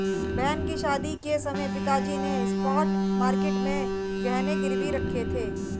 बहन की शादी के समय पिताजी ने स्पॉट मार्केट में गहने गिरवी रखे थे